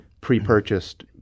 pre-purchased